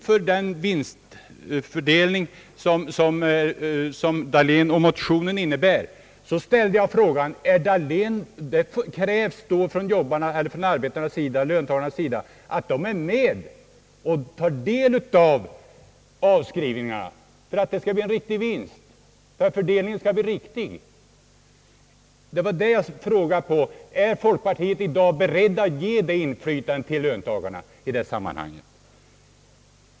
För att vinstfördelningen skall bli riktig krävs det alltså att löntagarna får vara med och bestämma avskrivningarna, och då ställde jag frågan till herr Dahlén: Är folkpartiet i dag berett att ge löntagarna ett sådant inflytande?